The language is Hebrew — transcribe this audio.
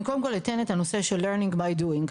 אני קודם כל אתן את הנושא של learning by doing,